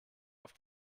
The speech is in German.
auf